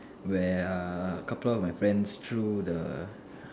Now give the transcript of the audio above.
where a couple of my friends threw the